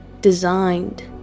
designed